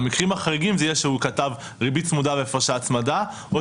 המקרים החריגים יהיו כשהוא כתב ריבית צמודה להפרשי הצמדה.